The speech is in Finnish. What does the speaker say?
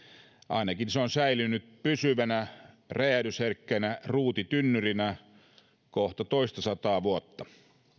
ainakin se on säilynyt pysyvänä räjähdysherkkänä ruutitynnyrinä kohta toistasataa vuotta